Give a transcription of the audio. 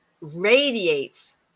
radiates